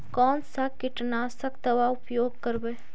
कोन सा कीटनाशक दवा उपयोग करबय?